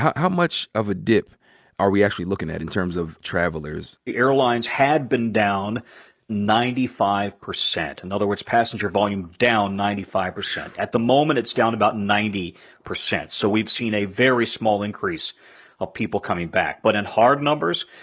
how much of a dip are we actually looking at, in terms of travelers? the airlines had been down ninety five percent. in and other words, passenger volume is down ninety five percent. at the moment, it's down about ninety percent, so we've seen a very small increase of people coming back. but in hard numbers,